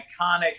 iconic